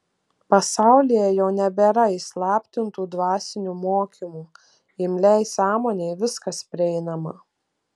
pasaulyje jau nebėra įslaptintų dvasinių mokymų imliai sąmonei viskas prieinama